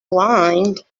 blind